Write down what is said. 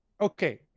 okay